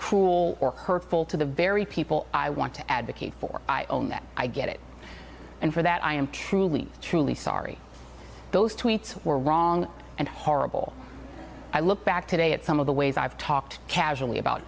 cruel or hurtful to the very people i want to advocate for i own that i get it and for that i am truly truly sorry those tweets were wrong and horrible i look back today at some of the ways i've talked casually about